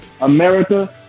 America